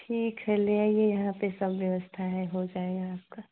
ठीक है ले आइए यहाँ पर सब व्यवस्था है हो जाएगा आपका